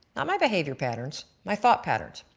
not my behavior patterns, my thought patterns